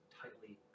tightly